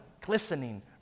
glistening